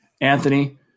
Anthony